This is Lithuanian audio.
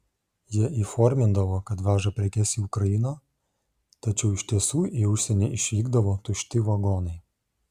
jie įformindavo kad veža prekes į ukrainą tačiau iš tiesų į užsienį išvykdavo tušti vagonai